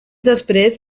després